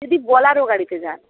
যদি বোলেরো গাড়িতে যান